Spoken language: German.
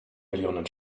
millionen